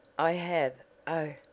i have oh,